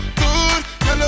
good